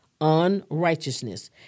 unrighteousness